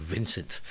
Vincent